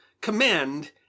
command